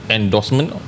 Endorsement